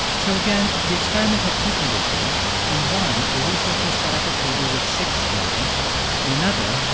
so, again, the experiment had two conditions. in one, the researchers set up a table with six jams in another,